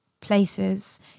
places